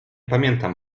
pamiętam